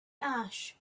ash